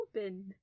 Open